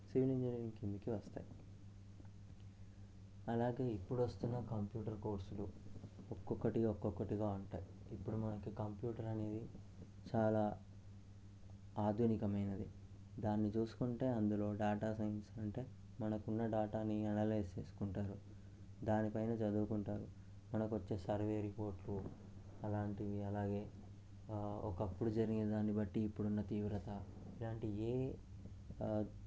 civil engineering కిందకి వస్తాయి అలాగే ఇప్పుడు వస్తున్న కంప్యూటర్ కోర్సులు ఒక్కొక్కటిగా ఒక్కొక్కటిగా ఉంటాయి ఇప్పుడు మనకు కంప్యూటర్ అనేది చాలా ఆధునికమైనది దాన్ని చూసుకుంటే అందులో డేటా సైన్స్ అంటే మనకి ఉన్న డేటాని అనలైజ్ చేసుకుంటారు దానిపైన చదువుకుంటారు మనకు వచ్చే సర్వే రిపోర్ట్లు అలాంటివి అలాగే ఒకప్పుడు జరిగే దాన్ని బట్టి ఇప్పుడున్న తీవ్రత ఇలాంటి ఏ